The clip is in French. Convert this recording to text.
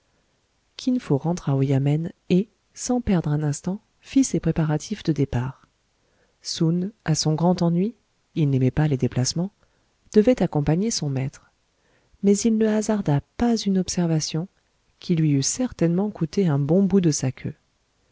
kin fo rentra au yamen et sans perdre un instant fit ses préparatifs de départ soun à son grand ennui il n'aimait pas les déplacements devait accompagner son maître mais il ne hasarda pas une observation qui lui eût certainement coûté un bon bout de sa queue